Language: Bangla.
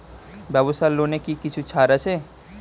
ব্যাবসার লোনে কি কিছু ছাড় আছে?